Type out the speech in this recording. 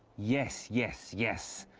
yes, yes, yes!